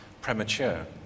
premature